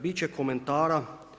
Bit će komentara.